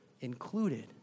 included